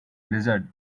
blizzard